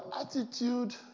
attitude